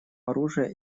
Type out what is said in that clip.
оружия